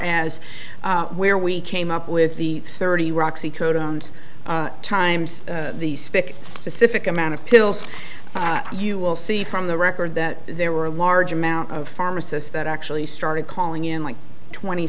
as where we came up with the thirty rock times the spic specific amount of pills you will see from the record that there were a large amount of pharmacists that actually started calling in like twenty